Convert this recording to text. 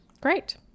Great